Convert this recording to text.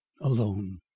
Alone